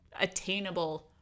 attainable